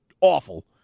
awful